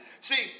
See